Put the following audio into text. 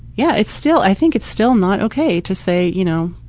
yeah. it's still, i think it's still not ok to say, you know,